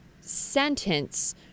sentence